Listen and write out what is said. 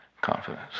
confidence